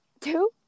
Two